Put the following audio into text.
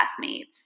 classmates